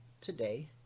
today